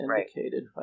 indicated